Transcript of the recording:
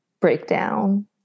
breakdown